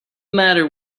matter